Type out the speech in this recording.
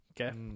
Okay